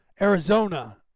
Arizona